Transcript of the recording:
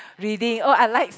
reading oh I likes